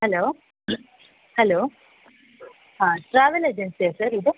hello hello ಹಾಂ travel ಏಜನ್ಸಿಯ sir ಇದು